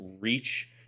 reach